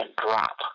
drop